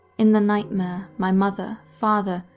in the nightmare, my mother, father,